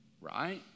Right